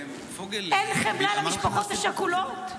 אין חמלה למשפחות השכולות?